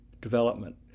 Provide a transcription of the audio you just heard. development